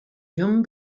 llum